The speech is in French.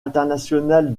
international